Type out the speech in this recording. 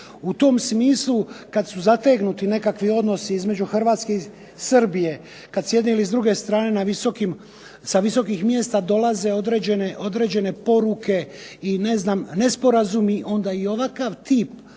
U tom smislu kada su zategnuti nekakvi odnosi između Hrvatske i Srbije, kada s jedne ili druge strane sa visokih mjesta dolaze određene poruke odnosno nesporazumi, onda ovakav tip